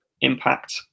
impact